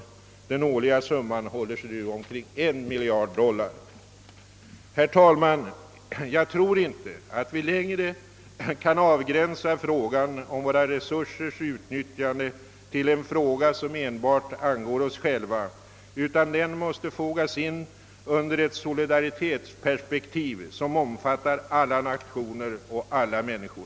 Den årliga summan håller sig nu kring cirka en miljard dollar. Herr talman! Jag tror inte att vi längre kan avgränsa frågan om våra resursers utnyttjande till en fråga som enbart angår oss själva, utan den måste fogas in under ett solidaritetsperspektiv, som omfattar alla nationer och alla människor.